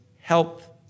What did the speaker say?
health